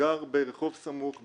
גר ברחוב סמוך,